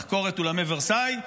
לחקור את אולמי ורסאי,